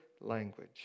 language